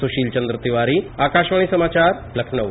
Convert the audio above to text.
सुशील चंद्र तिवारी आकाशवाणी समाचार लखनऊ